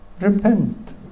Repent